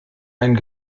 einen